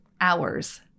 hours